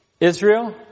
Israel